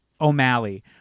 O'Malley